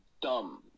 dumb